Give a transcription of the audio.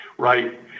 right